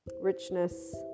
richness